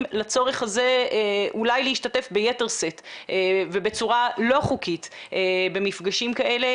לצורך הזה אולי להשתתף ביתר שאת ובצורה לא חוקית במפגשים כאלה.